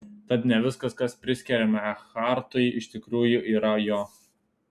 tad ne viskas kas priskiriama ekhartui iš tikrųjų yra jo